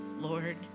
Lord